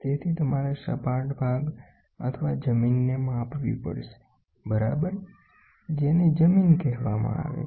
તેથી તમારે સપાટ ભાગ અથવા જમીનને માપવી પડશે બરાબર જેનેજમીન કહેવામાં આવે છે